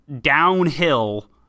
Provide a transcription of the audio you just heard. downhill